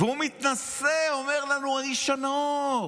והוא מתנשא ואומר לנו "האיש הנאור",